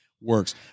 works